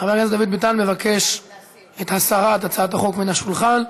חבר הכנסת דוד ביטן מבקש את הסרת הצעת החוק מן השולחן,